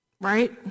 right